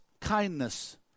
kindness